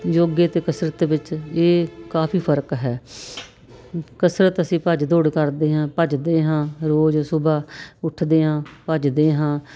ਯੋਗੇ ਅਤੇ ਕਸਰਤ ਵਿੱਚ ਇਹ ਕਾਫੀ ਫਰਕ ਹੈ ਕਸਰਤ ਅਸੀਂ ਭੱਜ ਦੌੜ ਕਰਦੇ ਹਾਂ ਭੱਜਦੇ ਹਾਂ ਰੋਜ਼ ਸੁਬਹਾ ਉੱਠਦੇ ਹਾਂ ਭੱਜਦੇ ਹਾਂ